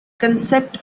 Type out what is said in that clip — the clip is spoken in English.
concept